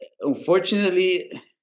unfortunately